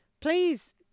please